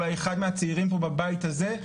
אולי אחד הצעירים פה בבית הזה,